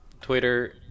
Twitter